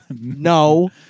No